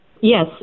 Yes